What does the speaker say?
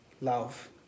love